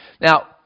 Now